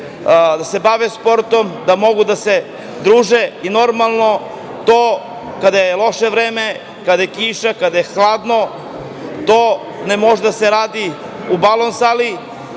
da se bave sportom, da mogu da se druže. Normalno, kada je loše vreme, kada je kiša, kada je hladno, to ne može da se radi u balon sali